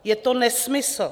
Je to nesmysl.